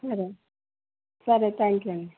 సరే సరే thank you అండి